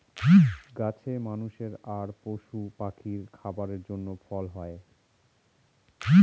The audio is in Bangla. গাছে মানুষের আর পশু পাখির খাবারের জন্য ফল হয়